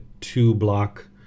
two-block